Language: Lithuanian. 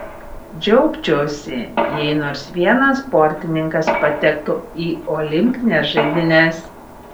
džiaugčiausi jei nors vienas sportininkas patektų į olimpines žaidynes